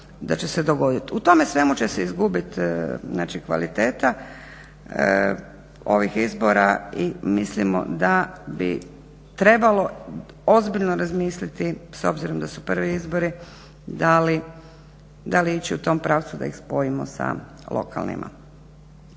U tome svemu će se izgubit znači kvaliteta ovih izbora i mislimo da bi trebalo ozbiljno razmisliti s obzirom da su prvi izbori dali ići u tom pravcu da ih spojimo sa lokalnima.